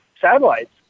satellites